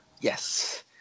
yes